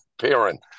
parent